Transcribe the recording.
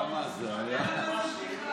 אמילי,